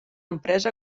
empresa